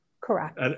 Correct